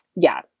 yeah,